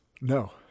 No